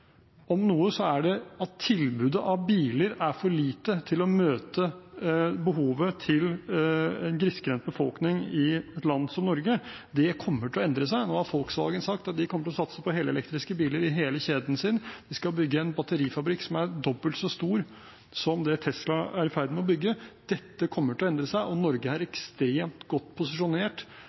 om noe, er det at tilbudet av biler er for lite til å møte behovet til en grisgrendt befolkning i et land som Norge. Det kommer til å endre seg. Nå har Volkswagen sagt at de kommer til å satse på helelektriske biler i hele kjeden sin. De skal bygge en batterifabrikk som er dobbelt som stor som det Tesla er i ferd med å bygge. Dette kommer til å endre seg, og Norge er ekstremt godt posisjonert